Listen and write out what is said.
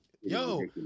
Yo